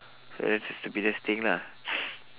so that's your stupidest thing lah